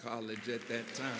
college at that time